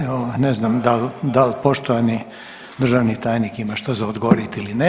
Evo ne znam da li poštovani državni tajnik ima što za odgovoriti ili ne.